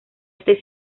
este